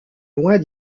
loin